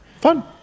Fun